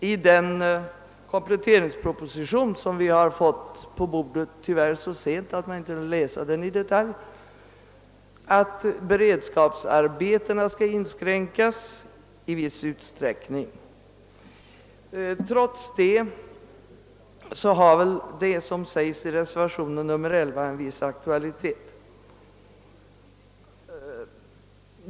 I den kompletteringsproposition som vi har fått på bordet — tyvärr så sent att vi inte har hunnit läsa den i detalj — sägs det att beredskapsarbetena i viss omfattning skall inskränkas. Trots detta har väl det som anförts i reservationen 11 en viss aktualitet.